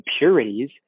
impurities